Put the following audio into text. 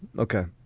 ok.